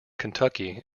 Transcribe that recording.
kentucky